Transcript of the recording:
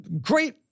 great